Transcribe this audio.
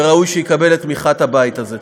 וראוי שיקבל את תמיכת הבית הזה.